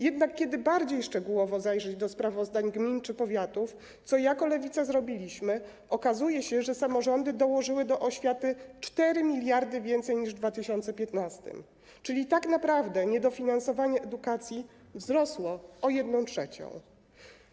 Jednak kiedy bardziej szczegółowo zajrzeć do sprawozdań gmin czy powiatów, co jako Lewica zrobiliśmy, okazuje się, że samorządy dołożyły do oświaty 4 mld więcej niż w 2015 r. czyli tak naprawdę niedofinansowanie edukacji wrosło o 1/3.